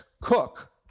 Cook